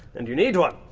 and you need one,